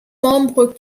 membre